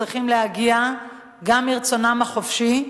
וצריכים להגיע גם מרצונם החופשי,